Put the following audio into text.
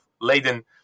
Leiden